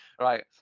right